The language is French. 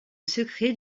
secret